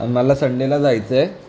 आन मला संडेला जायचं आहे